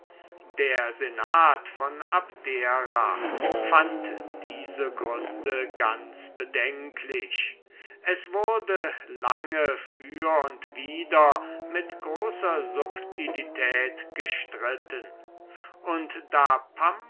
der senat von abdera fand diese gründe ganz bedenklich es wurde lange für und wider mit großer subtilität gestritten und da